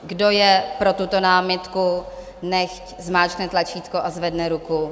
Kdo je pro tuto námitku, nechť zmáčkne tlačítko a zvedne ruku.